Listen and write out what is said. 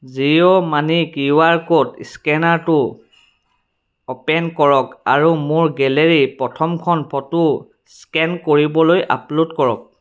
Jio money QR code স্কেনাৰটো open কৰক আৰু মোৰ গেলেৰীৰ প্ৰথমখন ফটো স্কেন কৰিবলৈ আপল'ড কৰক